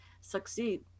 succeed